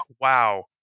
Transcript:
wow